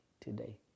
today